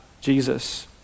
Jesus